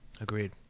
Agreed